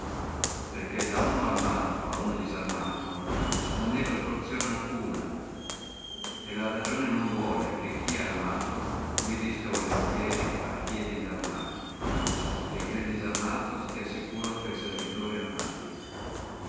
perché da uno armato a uno disarmato non è proporzione alcuna e non è ragionevole che chi è armato obedisca volentieri a chi è disarmato e che il disarmato stia sicuro intra servitori armati